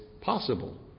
possible